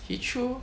heechul